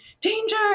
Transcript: danger